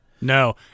No